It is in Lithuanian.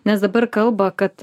nes dabar kalba kad